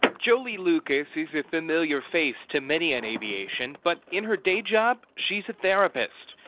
jolie lucas is a familiar face to many in aviation but in her day job, she's a therapist.